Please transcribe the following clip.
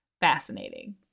fascinating